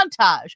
montage